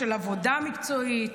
של עבודה מקצועית,